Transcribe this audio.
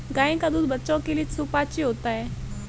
गाय का दूध बच्चों के लिए सुपाच्य होता है